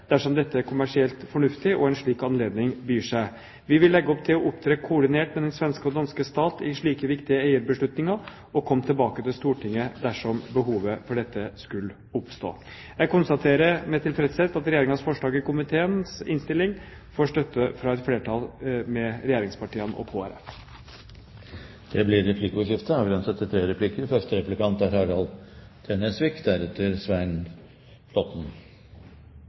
dersom dette er kommersielt fornuftig og en slik anledning byr seg. Vi vil legge opp til å opptre koordinert med den svenske og danske stat i slike viktige eierbeslutninger og kommer tilbake til Stortinget dersom behovet for dette skulle oppstå. Jeg konstaterer med tilfredshet at Regjeringens forslag i komiteens innstilling får støtte fra et flertall med regjeringspartiene og Kristelig Folkeparti. Det blir replikkordskifte. På mange måter er vi vel i sluttfasen i debatten, og